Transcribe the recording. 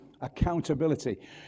accountability